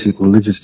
religious